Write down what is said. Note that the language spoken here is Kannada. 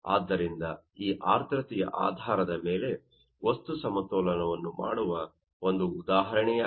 ಆದ್ದರಿಂದ ಈ ಆರ್ದ್ರತೆಯ ಆಧಾರದ ಮೇಲೆ ವಸ್ತು ಸಮತೋಲನವನ್ನು ಮಾಡುವ ಒಂದು ಉದಾಹರಣೆಯಾಗಿದೆ